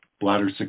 bladder